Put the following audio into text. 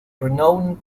renowned